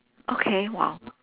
okay !wow!